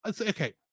Okay